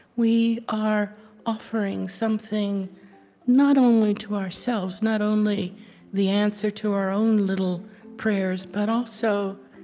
we are offering something not only to ourselves, not only the answer to our own little prayers, but also,